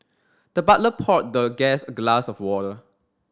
the butler poured the guest a glass of water